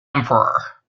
emperor